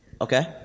Okay